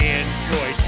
enjoy